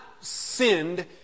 sinned